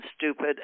stupid